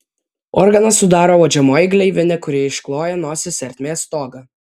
organą sudaro uodžiamoji gleivinė kuri iškloja nosies ertmės stogą